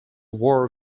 war